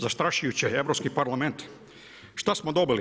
Zastrašujuće, Europski parlament, šta samo dobili?